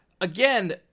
again